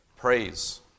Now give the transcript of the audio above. Praise